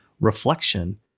reflection